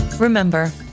Remember